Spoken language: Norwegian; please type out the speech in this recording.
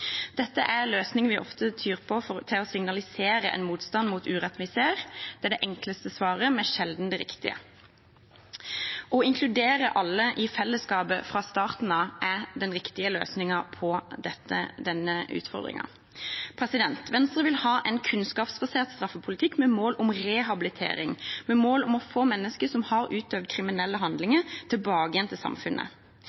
Dette er en løsning vi ofte tyr til for å signalisere en motstand mot urett vi ser. Det er det enkleste svaret, men sjelden det riktige. Å inkludere alle i fellesskapet fra starten av er den riktige løsningen på denne utfordringen. Venstre vil ha en kunnskapsbasert straffepolitikk med mål om rehabilitering, med mål om å få mennesker som har utøvd kriminelle